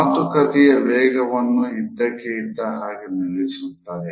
ಮಾತುಕತೆಯ ವೇಗವನ್ನು ಇದ್ದಕ್ಕೆ ಇದ್ದ ಹಾಗೆ ನಿಲ್ಲಿಸುತ್ತದೆ